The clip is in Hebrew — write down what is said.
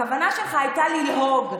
הכוונה שלך הייתה ללעוג.